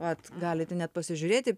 vat galit net pasižiūrėti